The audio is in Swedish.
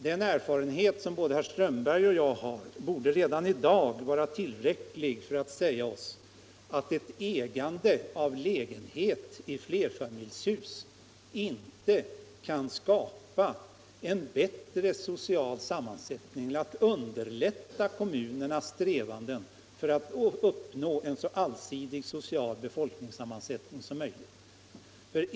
Den erfarenhet som både herr Strömberg och jag har borde vara tillräcklig för att redan i dag säga oss att ett ägande av lägenhet i flerfamiljshus inte kan skapa en bättre social sammansättning eller underlätta kommunernas strävanden att uppnå en så allsidig social befolkningssammansättning som möjligt.